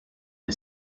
the